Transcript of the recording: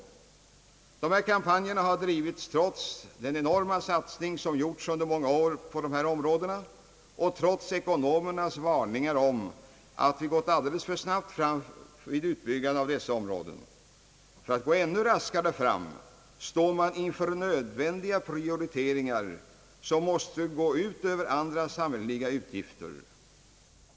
Dessa kampanjer har drivits trots den enorma satsning som under många år har gjorts och trots ekonomernas varningar för att vi gått alldeles för snabbt fram vid utbyggandet av dessa områden. För att gå ännu raskare fram står man inför nödvän Statsverkspropositionen m.m. diga prioriteringar som måste gå ut över andra samhälleliga uppgifter.